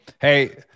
Hey